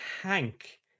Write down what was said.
Hank